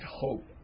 hope